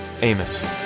Amos